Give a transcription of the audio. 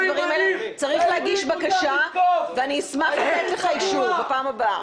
צריך להגיש בקשה ------ ואני אשמח לתת לך אישור בפעם הבאה.